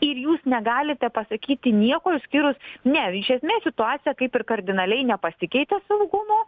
ir jūs negalite pasakyti nieko išskyrus ne iš esmės situacija kaip ir kardinaliai nepasikeitė saugumo